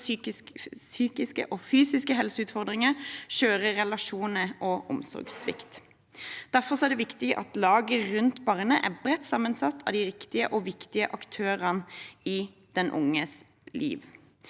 psykiske og fysiske helseutfordringer, skjøre relasjoner og omsorgssvikt. Derfor er det viktig at laget rundt barnet er bredt sammensatt av de riktige og viktige aktørene i den unges liv.